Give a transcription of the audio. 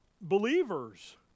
believers